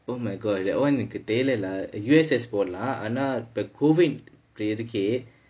oh my god that [one] எனக்கு தெரியில்லை:enakku theriyillai lah U_S_S போடலாம் ஆனா இப்ப:podalaam aanaa ippa COVID இருக்கு:irukku